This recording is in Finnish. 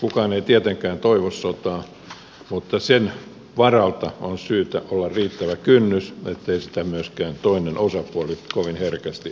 kukaan ei tietenkään toivo sotaa mutta sen varalta on syytä olla riittävä kynnys ettei sitä myöskään toinen osapuoli kovin herkästi aloita